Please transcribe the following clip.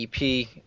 EP